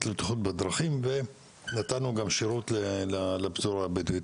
לבטיחות בדרכים ונתנו גם שירות לפזורה הבדואית.